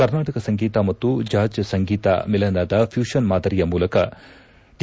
ಕರ್ನಾಟಕ ಸಂಗೀತ ಮತ್ತು ಜಾಝ್ ಸಂಗೀತ ಮಿಲನದ ಫ್ಯೂಷನ್ ಮಾದರಿಯ ಮೂಲಕ ಟಿ